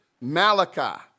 Malachi